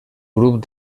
grup